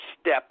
step